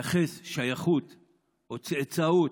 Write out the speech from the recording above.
שייכות או "צאצאוּת"